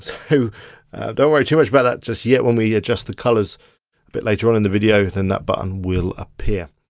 don't worry too much about that just yet. when we adjust the colours a bit later on in the video then that button will appear.